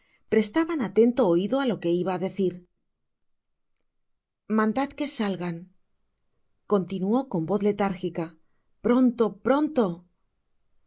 prestaban atento oido á lo que iba á decir mandad que salgan i continuó con vos letárgica pronto pronto las